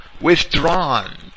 withdrawn